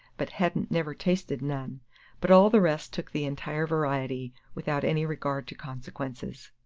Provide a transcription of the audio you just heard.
but hadn't never tasted none but all the rest took the entire variety, without any regard to consequences.